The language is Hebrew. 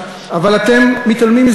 התלמידים,